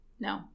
No